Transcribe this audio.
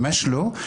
ממש לא,